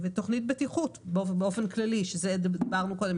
תוכנית בטיחות באופן כללי דיברנו על זה קודם.